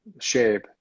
shape